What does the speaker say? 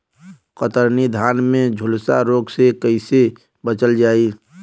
कतरनी धान में झुलसा रोग से कइसे बचल जाई?